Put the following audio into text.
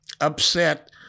upset